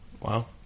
Wow